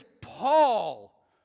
Paul